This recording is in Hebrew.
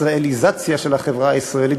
ישראליזציה של החברה הישראלית,